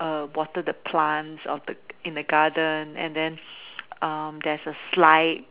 water the plants of the in the garden and then there is a slide